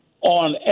on